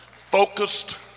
focused